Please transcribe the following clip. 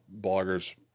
bloggers